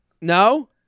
No